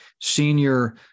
senior